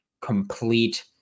complete